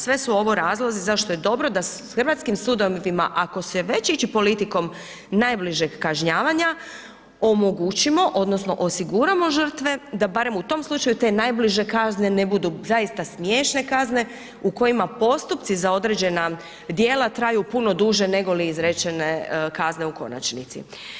Sve su ovo razlozi zašto je dobro da hrvatskim sudovima ako se već ići politikom najbližeg kažnjavanja omogućimo odnosno osiguramo žrtve da barem u tom slučaju te najbliže kazne ne budu zaista smiješne kazne u kojima postupci za određena djela traju puno duže negoli izrečene kazne u konačnici.